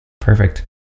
Perfect